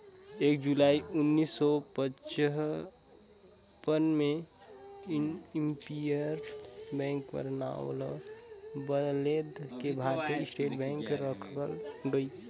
एक जुलाई उन्नीस सौ पचपन में इम्पीरियल बेंक कर नांव ल बलेद के भारतीय स्टेट बेंक रखल गइस